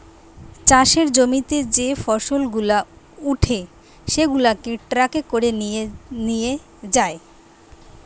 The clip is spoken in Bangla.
চাষের জমিতে যে ফসল গুলা উঠে সেগুলাকে ট্রাকে করে নিয়ে যায়